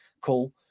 cool